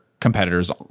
competitors